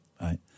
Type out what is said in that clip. right